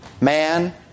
Man